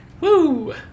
Woo